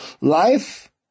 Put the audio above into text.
life